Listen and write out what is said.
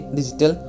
Digital